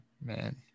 man